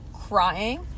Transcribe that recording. crying